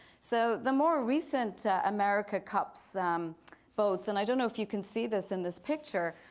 so the more recent america cups um boats, and i don't know if you can see this in this picture,